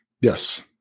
Yes